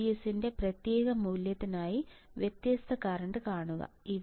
VGS ന്റെ വ്യത്യസ്ത മൂല്യത്തിനായി വ്യത്യസ്ത കറന്റ് കാണുക